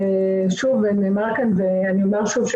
נאמר כאן ואומר שוב,